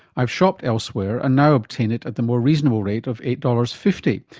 i have shopped elsewhere and now obtain it at the more reasonable rate of eight dollars. fifty.